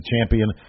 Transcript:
champion